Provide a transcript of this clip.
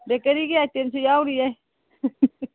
ꯕꯦꯀꯥꯔꯤꯒꯤ ꯑꯥꯏꯇꯦꯝꯁꯨ ꯌꯥꯎꯔꯤꯌꯦ